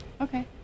Okay